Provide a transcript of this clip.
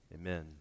Amen